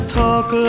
talk